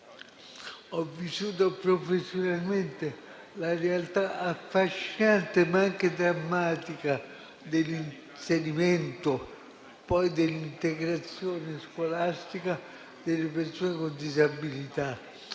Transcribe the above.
ho vissuto professionalmente la realtà affascinante, ma anche drammatica, dell'inserimento e poi dell'integrazione scolastica delle persone con disabilità.